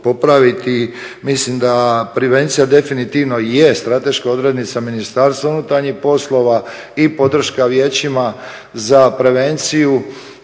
Mislim da prevencija definitivno je strateška odrednica MUP-a i podrška vijećima za prevenciju